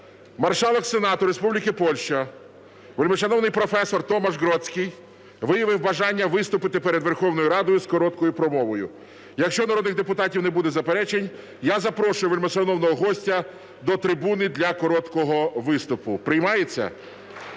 Маршалок Сенату Республіки Польща, вельмишановний професор Томаш Гродзький виявив бажання виступити перед Верховною Радою з короткою промовою. Якщо в народних депутатів не буде заперечень, я запрошую вельмишановного гостя до трибуни для короткого виступу. Приймається?